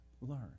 learn